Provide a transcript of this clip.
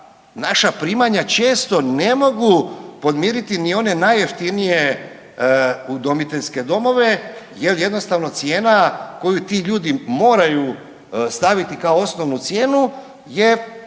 naša primanja često ne mogu podmiriti ni one najjeftinije udomiteljske domove jel jednostavno cijena koju ti ljudi moraju staviti kao osnovnu cijenu je